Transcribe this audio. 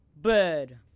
Bird